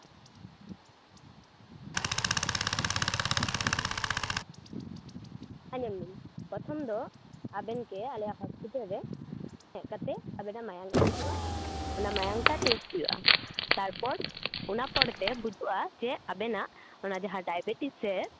ᱟᱸᱡᱚᱢᱵᱤᱱ ᱯᱨᱚᱛᱷᱚᱢ ᱫᱚ ᱟᱵᱮᱱ ᱜᱮ ᱟᱞᱮᱭᱟᱜ ᱦᱚᱥᱯᱤᱴᱟᱞ ᱨᱮ ᱦᱮᱡᱠᱟᱛᱮ ᱟᱵᱮᱱᱟᱜ ᱢᱟᱭᱟᱝ ᱮᱢ ᱦᱩᱭᱩᱜᱼᱟ ᱚᱱᱟ ᱢᱟᱭᱟᱝ ᱴᱟᱜ ᱪᱮᱥᱴ ᱦᱩᱭᱩᱜᱼᱟ ᱛᱟᱨᱯᱚᱨ ᱚᱱᱟ ᱯᱚᱨᱮᱛᱮ ᱵᱩᱡᱩᱜᱼᱟ ᱡᱮ ᱟᱵᱮᱱᱟᱜ ᱚᱱᱟ ᱡᱟᱦᱟᱸ ᱰᱟᱭᱟᱵᱮᱴᱤᱥ ᱥᱮ